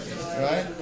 Right